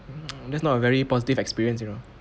um that's not a very positive experience you know